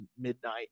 midnight